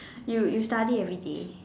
you you study everyday